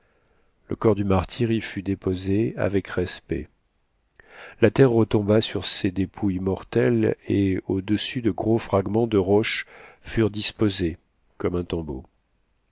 le corps du martyr y fut déposé avec respect la terre retomba sur ces dépouilles mortelles et au-dessus de gros fragments de roches furent disposés comme un